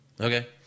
Okay